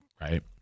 right